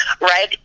right